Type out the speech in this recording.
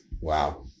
Wow